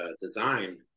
design